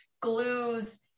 glues